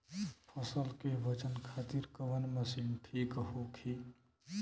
फसल के वजन खातिर कवन मशीन ठीक होखि?